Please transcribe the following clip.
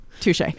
Touche